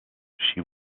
she